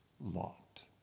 Lot